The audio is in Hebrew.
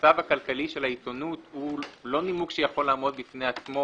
המצב כלכלי של העיתונות הוא לא נימוק שיכול לעמוד בפני עצמו